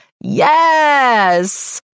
Yes